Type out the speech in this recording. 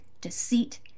deceit